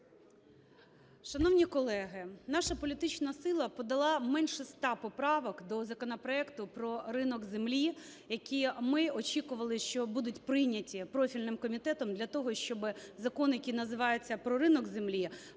Шановні колеги! Наша політична сила подала менше 100 поправок до законопроекту про ринок землі, які, ми очікували, що будуть прийняті профільним комітетом для того, щоб закон, який називається про ринок землі,